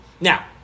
Now